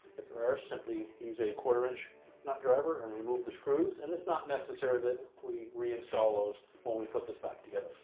if there are, simply use a quarter-inch nut driver and remove the screws, and it's not necessary that we reinstall those when we put this back together.